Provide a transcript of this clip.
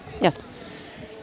Yes